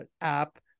app